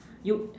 you